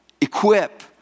equip